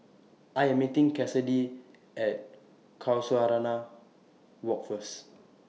I Am meeting Kassidy At Casuarina Walk First